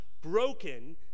broken